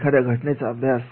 एखाद्या घटनेचा अभ्यास